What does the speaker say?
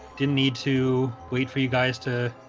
didn't need to wait for you guys to